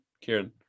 Kieran